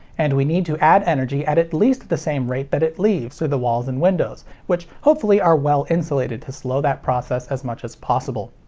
and we need to add energy at at least at the same rate that it leaves through the walls and windows, which hopefully are well insulated to slow that process as much as possible.